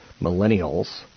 Millennials